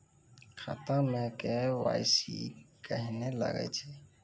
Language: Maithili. खाता मे के.वाई.सी कहिने लगय छै?